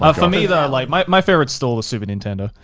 ah for me though like my favorite stole was super nintendo,